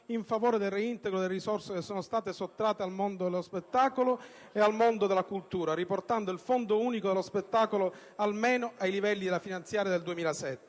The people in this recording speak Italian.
in favore del reintegro delle risorse che sono state sottratte al mondo dello spettacolo e al mondo della cultura, riportando il Fondo unico per lo spettacolo almeno ai livelli della legge finanziaria 2007.